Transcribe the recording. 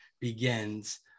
begins